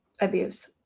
abuse